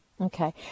Okay